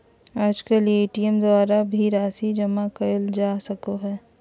आजकल ए.टी.एम द्वारा भी राशी जाँच करल जा सको हय